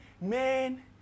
man